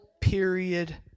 period